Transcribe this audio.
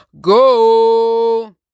go